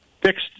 fixed